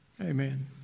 Amen